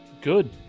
Good